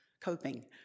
coping